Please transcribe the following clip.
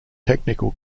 technical